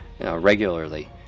regularly